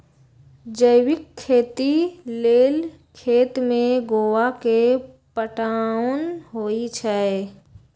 जैविक खेती लेल खेत में गोआ के पटाओंन होई छै